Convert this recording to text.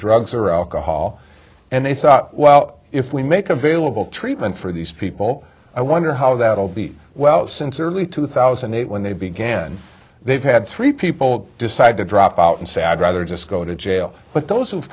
drugs or alcohol and they thought well if we make available treatment for these people i wonder how that will be well since early two thousand and eight when they began they've had three people decide to drop out and sad rather just go to jail but those who